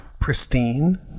Pristine